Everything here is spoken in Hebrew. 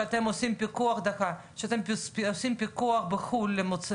כשאתם עושים פיקוח בחו"ל לחלב,